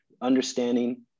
understanding